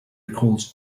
recalls